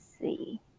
see